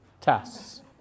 tasks